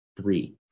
three